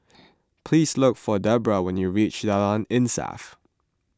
please look for Debbra when you reach Jalan Insaf